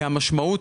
כי המשמעות,